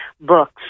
books